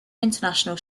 international